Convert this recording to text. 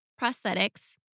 Prosthetics